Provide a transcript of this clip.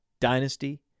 dynasty